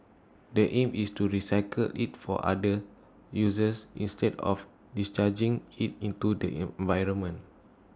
the aim is to recycle IT for other users instead of discharging IT into the environment